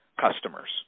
customers